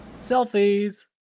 Selfies